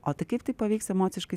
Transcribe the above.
o tai kaip tai pavyks emociškai